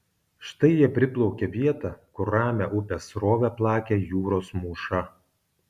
štai jie priplaukė vietą kur ramią upės srovę plakė jūros mūša